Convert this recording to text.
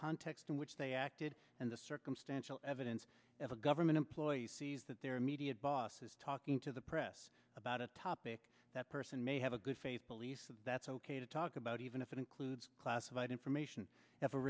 context in which they acted and the circumstantial evidence of a government employee sees that their immediate boss is talking to the press about a topic that person may have a good faith police that's ok to talk about even if it includes classified information